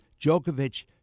Djokovic